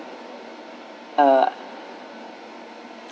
uh